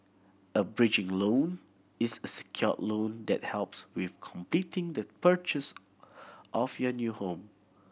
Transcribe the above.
a bridging loan is a secured loan that helps with completing the purchase of your new home